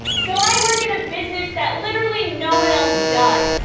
so i work in a business that literally no one else does.